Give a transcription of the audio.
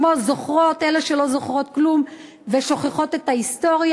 כמו "זוכרות" אלה שלא זוכרות כלום ושוכחות את ההיסטוריה,